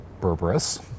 berberus